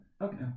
Okay